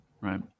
right